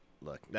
look